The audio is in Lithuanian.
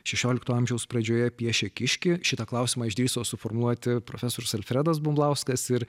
šešiolikto amžiaus pradžioje piešė kiškį šitą klausimą išdrįso suformuluoti profesorius alfredas bumblauskas ir